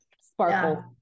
sparkle